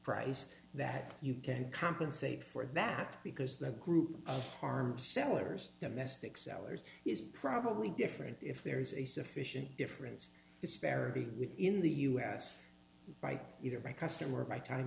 price that you can compensate for that because the group harm sellers domestic sellers is probably different if there is a sufficient difference disparity within the u s by either by customer by time